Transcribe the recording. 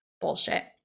bullshit